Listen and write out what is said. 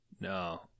No